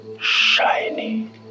shiny